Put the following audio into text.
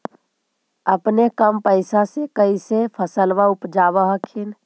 अपने कम पैसा से कैसे फसलबा उपजाब हखिन?